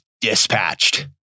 dispatched